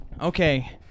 Okay